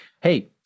hey